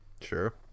Sure